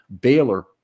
Baylor